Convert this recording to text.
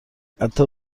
حتی